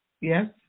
Yes